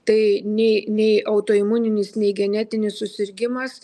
tai nei nei autoimuninis nei genetinis susirgimas